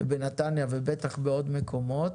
בנתניה ובטח בעוד מקומות